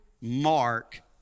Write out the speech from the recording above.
Mark